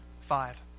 five